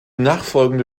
nachfolgende